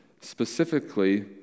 specifically